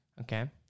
Okay